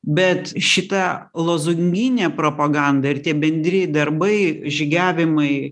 bet šita lozunginė propaganda ir tie bendri darbai žygiavimai